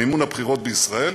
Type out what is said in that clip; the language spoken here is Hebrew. מימון הבחירות בישראל,